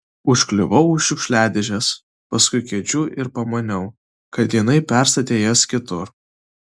užkliuvau už šiukšliadėžės paskui kėdžių ir pamaniau kad jinai perstatė jas kitur